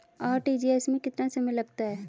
RTGS में कितना समय लगता है?